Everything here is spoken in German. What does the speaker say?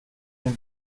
den